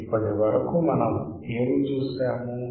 ఇప్పటి వరకు మనం ఏమి చూశాము